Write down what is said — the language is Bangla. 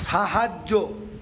সাহায্য